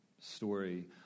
story